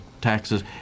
taxes